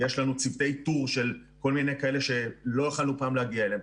יש לנו צוותי איתור של כל מיני כאלה שלא יכולנו פעם להגיע אליהם.